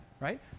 Right